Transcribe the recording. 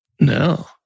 No